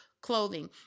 clothing